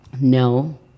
No